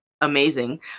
amazing